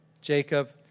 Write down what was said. Jacob